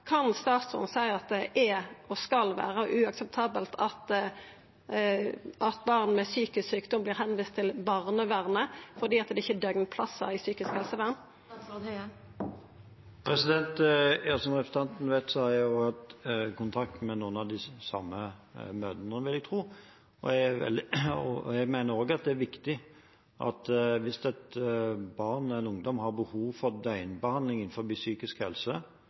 Kan statsråden seia at det er – og skal vera – uakseptabelt at barn med psykisk sjukdom vert viste til barnevernet fordi det ikkje er døgnplassar i psykisk helsevern? Som representanten vet, har jeg hatt kontakt med noen av de samme mødrene – vil jeg tro. Jeg mener også det er viktig at hvis et barn eller en ungdom har behov for døgnbehandling innenfor psykisk helse,